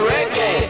Reggae